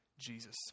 Jesus